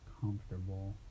comfortable